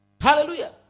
Hallelujah